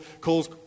calls